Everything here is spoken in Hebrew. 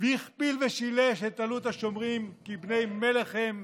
והכפיל ושילש את עלות השומרים כי בני מלך הם,